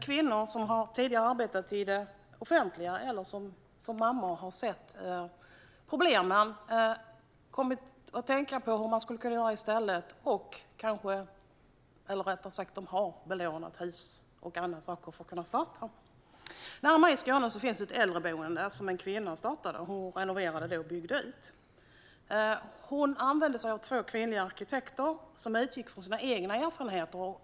Kvinnor som tidigare har arbetat i det offentliga eller som mammor har sett problemen, tänkt hur man skulle kunna göra i stället och har belånat hus och andra saker för att kunna starta sina verksamheter. Nära mitt hem i Skåne finns ett äldreboende som en kvinna har startat. När hon renoverade och byggde ut använde hon två kvinnliga arkitekter som utgick från sina egna erfarenheter.